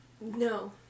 No